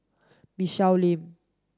Michelle Lim